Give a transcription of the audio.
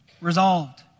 resolved